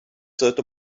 sollte